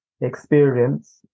experience